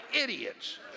idiots